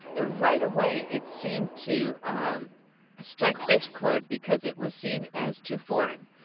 ah right away, it seemed to um strike discord because it was seen as too foreign.